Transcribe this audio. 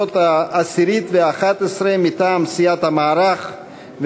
בכנסות העשירית והאחת-עשרה מטעם סיעת המערך,